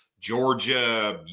Georgia